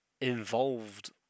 involved